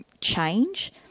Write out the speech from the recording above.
change